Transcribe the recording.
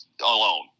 Alone